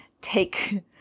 take